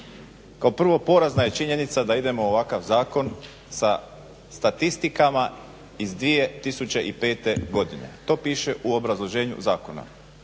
Kao prvo, porazna je činjenica da idemo u ovakav zakon sa statistikama iz 2005. godine. To piše u obrazloženju zakona.